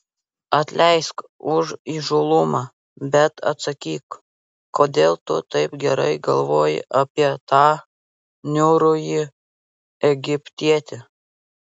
atleisk už įžūlumą bet atsakyk kodėl tu taip gerai galvoji apie tą niūrųjį egiptietį